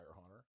hunter